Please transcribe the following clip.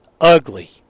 ugly